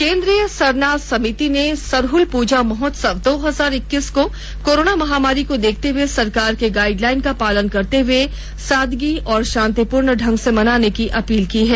केंद्रीय सरना समिति ने सरहुल पूजा महोत्सव कोरोना महामारी को देखते हुए सरकार के गाइडलाइन का पालन करते हुए सादगी एवं शांतिपूर्ण ढंग से मनाने की अपील की है